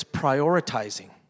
prioritizing